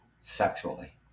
sexually